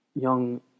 young